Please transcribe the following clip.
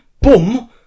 boom